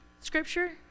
Scripture